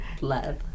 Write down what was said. love